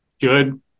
good